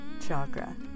chakra